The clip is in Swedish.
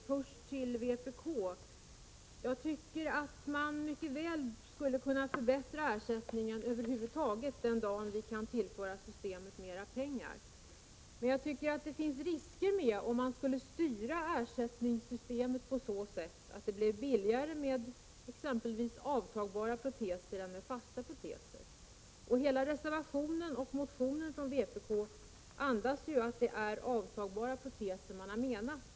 Herr talman! Först vill jag säga några ord till vpk. Jag tycker att man mycket väl skulle kunna förbättra ersättningen över huvud taget, den dag vi kan tillföra systemet mera pengar. Det finns emellertid risker med om man skulle styra ersättningssystemet så att det skulle bli billigare med exempelvis avtagbara proteser än med fasta proteser. Hela reservationen och motionen från vpk andas att det är avtagbara proteser man har menat.